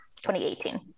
2018